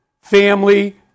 family